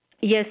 Yes